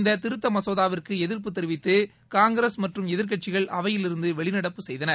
இந்த திருத்த மசோதாவிற்கு எதிர்ப்பு தெரிவித்து காங்கிரஸ் மற்றும் எதிர்கட்சிகள் அவையிலிருந்து வெளிநடப்பு செய்தனர்